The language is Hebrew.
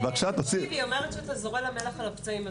בבקשה -- היא אומרת שאתה זורה לה מלח על הפצעים,